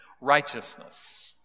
righteousness